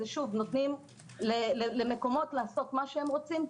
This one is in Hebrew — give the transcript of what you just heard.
זה שוב נותנים למקומות לעשות מה שהם רוצים,